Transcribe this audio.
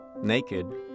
naked